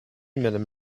madame